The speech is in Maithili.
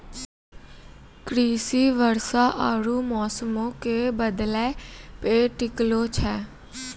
कृषि वर्षा आरु मौसमो के बदलै पे टिकलो छै